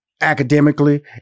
academically